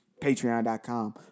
patreon.com